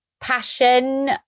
passion